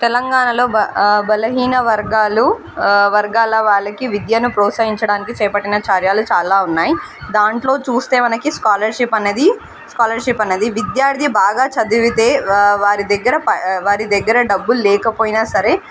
తెలంగాణలో బ బలహీన వర్గాలు వర్గాల వాళ్ళకి విద్యను ప్రోత్సహించడానికి చేపట్టిన చర్యలు చాలా ఉన్నాయి దాంట్లో చూస్తే మనకి స్కాలర్షిప్ అన్నది స్కాలర్షిప్ అన్నది విద్యార్థి బాగా చదివితే వా వారి దగ్గర వారి దగ్గర డబ్బులు లేకపోయినా సరే